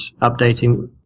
updating